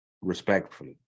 respectfully